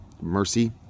mercy